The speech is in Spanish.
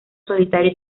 solitario